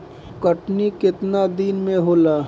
कटनी केतना दिन मे होला?